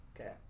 Okay